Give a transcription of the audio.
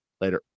Later